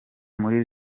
muri